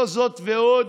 זאת ועוד,